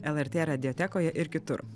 lrt radiotekoje ir kitur